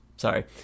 Sorry